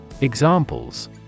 Examples